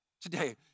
today